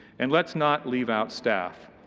and let's not leave out staff.